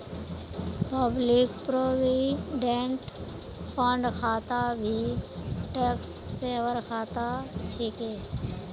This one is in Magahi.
पब्लिक प्रोविडेंट फण्ड खाता भी टैक्स सेवर खाता छिके